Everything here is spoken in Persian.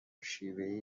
شیوهای